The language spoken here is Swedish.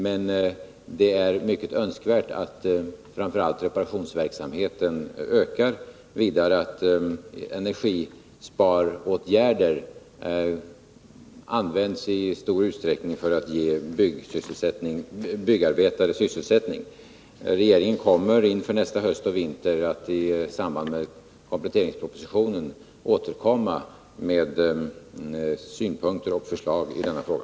Men det är mycket önskvärt att framför allt reparationsverksamheten ökar och att energisparåtgärder används i stor utsträckning för att ge byggarbetare sysselsättning. Regeringen återkommer inför nästa höst och vinter, i samband med kompletteringspropositionen, med synpunkter och förslag i denna fråga.